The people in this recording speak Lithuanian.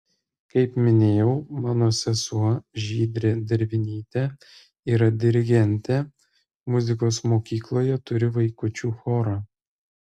kaip minėjau mano sesuo žydrė dervinytė yra dirigentė muzikos mokykloje turi vaikučių chorą